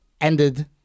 ended